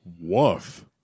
Woof